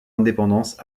indépendance